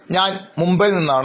ഞാൻ മുംബൈയിൽ നിന്നാണ്